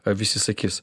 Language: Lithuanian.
visi sakys